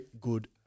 good